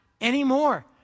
anymore